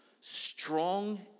strong